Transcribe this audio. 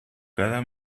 cada